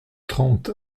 trente